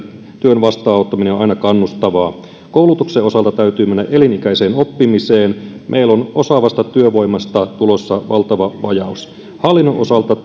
työn vastaanottaminen on aina kannustavaa koulutuksen osalta täytyy mennä elinikäiseen oppimiseen meillä on osaavasta työvoimasta tulossa valtava vajaus hallinnon osalta